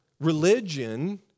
Religion